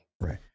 right